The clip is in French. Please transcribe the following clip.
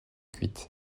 cuites